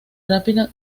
rápido